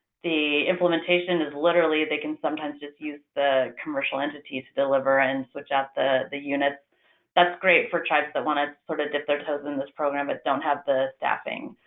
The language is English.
the implementation is literally they can sometimes just use the commercial entities to deliver and switch out the the units. that's great for tribes that want to sort of dip their toes in this program but don't have the staffing.